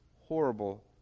horrible